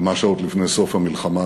כמה שעות לפני סוף המלחמה,